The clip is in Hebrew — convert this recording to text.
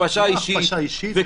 אחר הצהריים טובים.